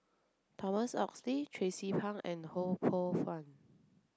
Thomas Oxley Tracie Pang and Ho Poh Fun